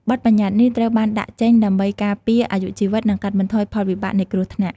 បទប្បញ្ញត្តិនេះ ត្រូវបានដាក់ចេញដើម្បីការពារអាយុជីវិត និងកាត់បន្ថយផលវិបាកនៃគ្រោះថ្នាក់។